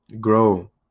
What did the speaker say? Grow